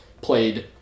played